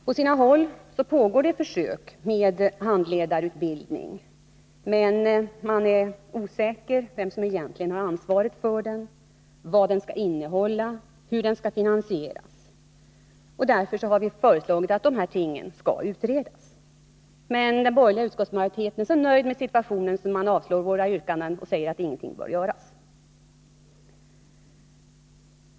På sina håll pågår det försök med handledarutbildning, men man är osäker om vem som egentligen har ansvaret för den, vad den skall innehålla och hur den skall finansieras. Därför har vi föreslagit att dessa ting skall utredas. Men den borgerliga utskottsmajoriteten är så nöjd med situationen att man avstyrker våra yrkanden och säger att ingenting bör göras.